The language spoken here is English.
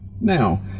Now